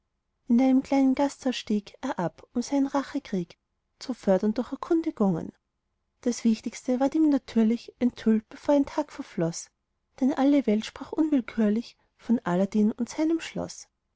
in einem kleinen gasthaus stieg er ab um seinen rachekrieg zu fördern durch erkundigungen das wichtigste ward ihm natürlich enthüllt bevor ein tag verfloß denn alle welt sprach unwillkürlich von aladdin und seinem schloß